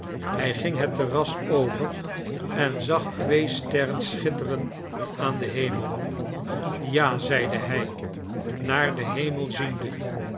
hij ging het terras over en zag twee sterren schitteren aan den hemel ja zeide hij naar den hemel ziende